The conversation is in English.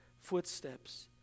footsteps